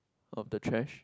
of the trash